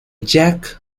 jack